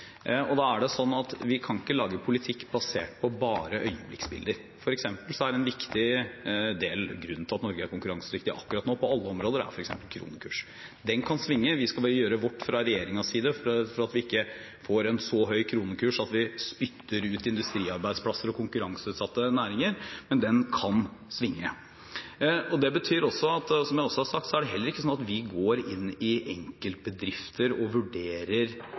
er slik at vi ikke kan lage politikk basert bare på øyeblikksbilder. En viktig grunn til at Norge er konkurransedyktig akkurat nå på alle områder, er f.eks. kronekursen. Den kan svinge. Vi skal gjøre vårt, fra regjeringens side, for at vi ikke får en så høy kronekurs at vi spytter ut industriarbeidsplasser og konkurranseutsatte næringer, men den kan svinge. Det betyr også, som jeg også har sagt, at det heller ikke er slik at vi går inn i enkeltbedrifter og vurderer